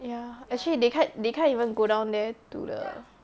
ya actually they can't they can't even go down there to the